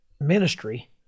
ministry